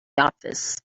office